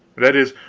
that is,